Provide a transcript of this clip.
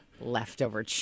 Leftover